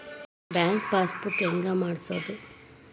Bank passbook ಹೆಂಗ್ ಮಾಡ್ಸೋದು?